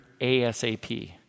ASAP